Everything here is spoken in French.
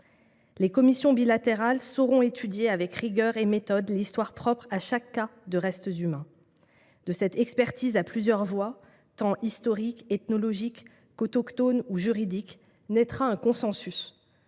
Les commissions bilatérales sauront étudier avec rigueur et méthode l’histoire propre à chaque cas de restes humains. De cette expertise à plusieurs voix, tant historiques, ethnologiques, qu’autochtones ou juridiques, naîtra un consensus.